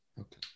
Okay